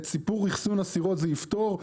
את סיפור אחסון הדירות זה יפתור.